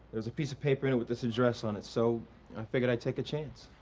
was a piece of paper and with this address on it, so i figured i'd take a chance.